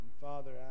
Father